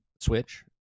Switch